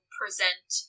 present